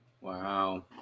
Wow